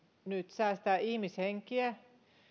nyt säästää ihmishenkiä